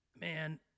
man